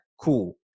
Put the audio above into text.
cool